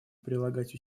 прилагать